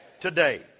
today